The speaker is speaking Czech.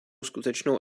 skutečnou